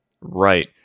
Right